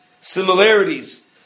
similarities